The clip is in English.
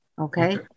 Okay